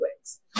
wigs